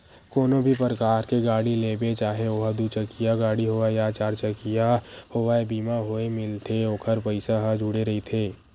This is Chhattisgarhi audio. कोनो भी परकार के गाड़ी लेबे चाहे ओहा दू चकिया गाड़ी होवय या चरचकिया होवय बीमा होय मिलथे ओखर पइसा ह जुड़े रहिथे